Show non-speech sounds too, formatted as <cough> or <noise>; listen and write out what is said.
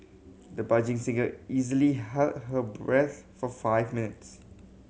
the <unintelligible> singer easily held her breath for five minutes